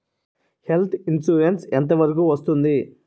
Health insurance ఎంత వరకు వస్తుంది?